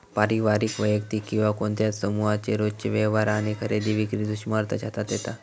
पारिवारिक, वैयक्तिक किंवा कोणत्या समुहाचे रोजचे व्यवहार आणि खरेदी विक्री सूक्ष्म अर्थशास्त्रात येता